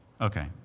Okay